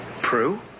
Prue